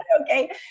okay